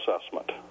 assessment